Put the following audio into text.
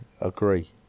agree